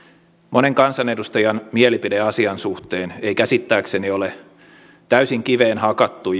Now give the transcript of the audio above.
monen kansanedustajan mielipide asian suhteen ei käsittääkseni ole täysin kiveen hakattu